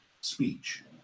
speech